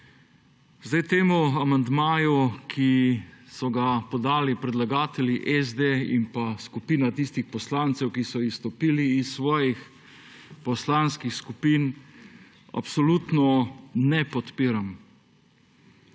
Zdaj, temu amandmaju, ki so ga podali predlagatelji SD in pa skupina tistih poslancev, ki so izstopili iz svojih poslanskih skupin, absolutno ne podpiram.